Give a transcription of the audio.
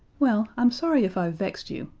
well, i'm sorry if i've vexed you,